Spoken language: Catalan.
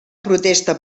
protesta